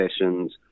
sessions